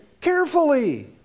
carefully